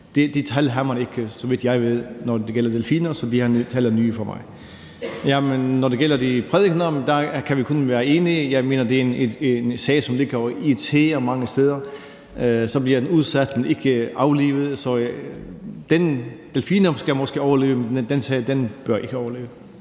Det tal har man ikke, så vidt jeg ved, når det gælder delfiner, så de her tal er nye for mig. Når det gælder de prædikener, kan vi kun være enige. Jeg mener, det er en sag, som ligger og irriterer mange steder – så bliver den udsat, men ikke aflivet. Delfiner skal måske overleve, men den sag bør ikke overleve.